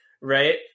right